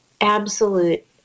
absolute